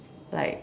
like